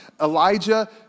Elijah